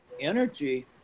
energy